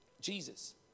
Jesus